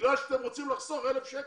בגלל שאתם רוצים לחסוך 1,000 שקלים.